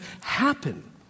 happen